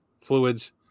fluids